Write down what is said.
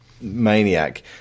maniac